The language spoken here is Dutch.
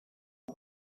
hij